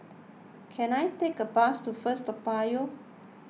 can I take a bus to First Toa Payoh